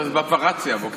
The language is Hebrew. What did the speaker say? לא, כבר רצתי הבוקר.